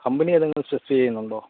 company ഏതെങ്കിലും search ചെയ്യുന്നുണ്ടോ